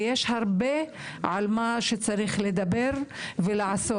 ויש עוד הרבה על מה לדבר ומה לעשות.